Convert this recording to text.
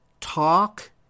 talk